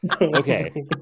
okay